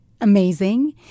amazing